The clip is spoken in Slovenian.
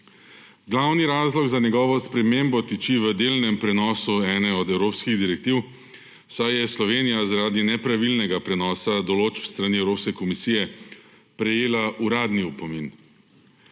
Glavni razlog za njegovo spremembo tiči v delnem prenosu ene od evropskih direktiv, saj je Slovenija zaradi nepravilnega prenosa določb s strani Evropske komisije prejela uradni opomin.